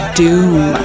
doom